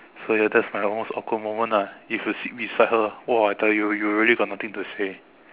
so ya that's my most awkward moment ah if you sit beside her !wah! I tell you you really got nothing to say